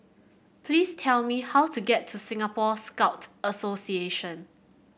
please tell me how to get to Singapore Scout Association